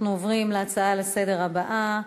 אנחנו עוברים להצעה לסדר-היום הבאה,